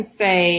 say